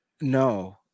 No